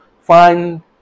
find